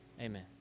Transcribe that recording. Amen